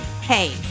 Hey